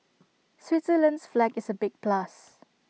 Switzerland's flag is A big plus